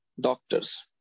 doctors